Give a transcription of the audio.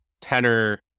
tenor